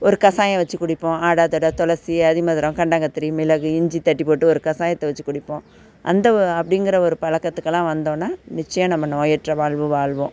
ஒரு கஷாயம் வச்சு குடிப்போம் ஆடாதொடை துளசி அதிமதுரம் கண்டங்கத்திரி மிளகு இஞ்சி தட்டி போட்டு ஒரு கஷாயத்த வச்சு குடிப்போம் அந்த அப்படிங்கிற ஒரு பழக்கத்துக்கெல்லாம் வந்தோம்னால் நிச்சயம் நம்ம நோயற்ற வாழ்வு வாழ்வோம்